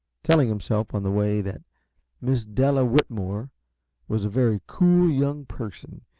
telling himself on the way that miss della whitmore was a very cool young person,